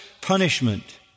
punishment